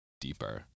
deeper